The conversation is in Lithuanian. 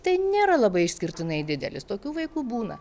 tai nėra labai išskirtinai didelis tokių vaikų būna